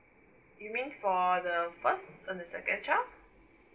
you mean for the first or the second child